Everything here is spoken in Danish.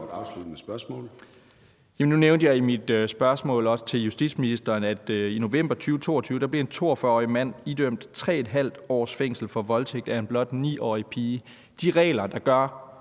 Nu nævnte jeg også i mit spørgsmål til justitsministeren, at i november 2022 blev en 42-årig mand idømt 3½ års fængsel for voldtægt af en blot 9-årig pige. De regler, der gør,